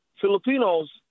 Filipinos